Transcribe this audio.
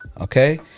okay